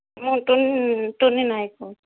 ମୁଁ ଟୁନି ନାୟକ